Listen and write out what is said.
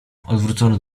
odwrócony